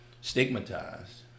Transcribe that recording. stigmatized